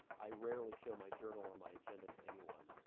i rarely show my journal or my agenda to anyone.